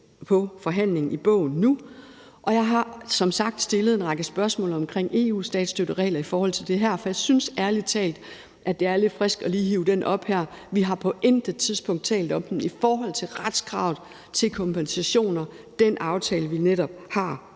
for forhandlingen i bogen nu. Jeg har som sagt stillet en række spørgsmål omkring EU-statsstøtteregler i forhold til det her, for jeg synes ærlig talt, at det er lidt frisk lige at hive dem op her. Vi har på intet tidspunkt talt om dem i forhold til retskravet til kompensationer – den aftale, vi netop har